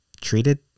treated